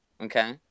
Okay